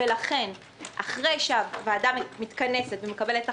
לכן אחרי שהוועדה מתכנסת ומקבלת החלטה,